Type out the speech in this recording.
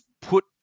put